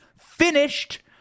finished